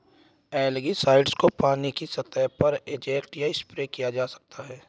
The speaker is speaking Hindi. एलगीसाइड्स को पानी की सतह पर इंजेक्ट या स्प्रे किया जा सकता है